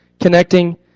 connecting